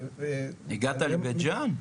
הגעת לבית ג'ן?